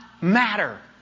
matter